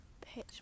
pitch